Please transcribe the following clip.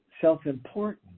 self-important